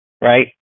right